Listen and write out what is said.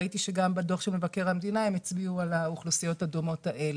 ראיתי שגם בדוח מבקר המדינה הם הצביעו על האוכלוסיות הדומות האלה.